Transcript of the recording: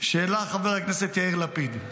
שהעלה חבר הכנסת יאיר לפיד.